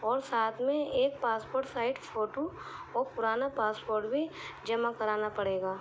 اور ساتھ میں ایک پاسپورٹ سائز فوٹو اور پرانا پاسپورٹ بھی جمع کرانا پڑے گا